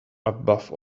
above